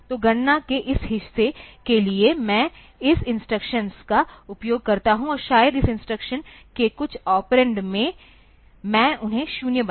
तो गणना के इस हिस्से के लिए मैं इस इंस्ट्रक्शन का उपयोग करता हूं और शायद इस इंस्ट्रक्शन के कुछ ऑपरेंड मैं उन्हें शून्य बनाता हूं